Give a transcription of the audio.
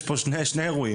יש פה שני אירועים.